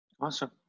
Awesome